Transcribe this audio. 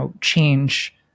change